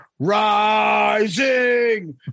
rising